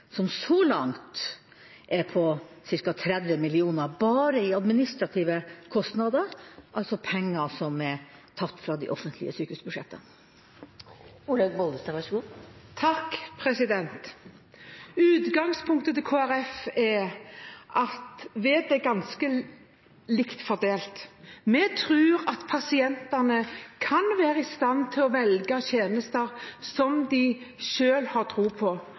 som så langt er på ca. 30 mill. kr bare i administrative kostnader, altså penger som er tatt fra de offentlige sykehusbudsjettene? Utgangspunktet til Kristelig Folkeparti er at vettet er ganske likt fordelt. Vi tror pasientene kan være i stand til å velge tjenester som de selv har tro på.